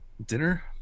Dinner